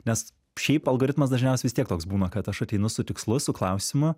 nes šiaip algoritmas dažniausiai vis tiek toks būna kad aš ateinu su tikslu su klausimu